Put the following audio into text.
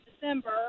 December